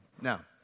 Now